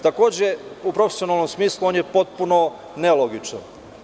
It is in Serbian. Takođe, u profesionalnom smislu on je potpuno nelogičan.